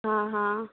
ହଁ ହଁ